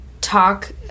talk